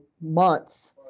months